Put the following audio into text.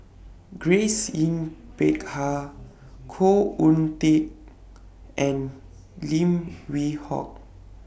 Grace Yin Peck Ha Khoo Oon Teik and Lim Yew Hock